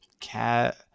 Cat